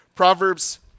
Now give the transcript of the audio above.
Proverbs